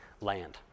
land